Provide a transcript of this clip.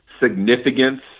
significance